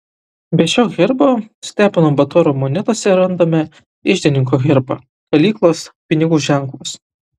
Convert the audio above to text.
be šio herbo stepono batoro monetose randame iždininko herbą kalyklos pinigų ženklus